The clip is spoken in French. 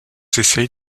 essaie